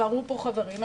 ואמרו פה חברים,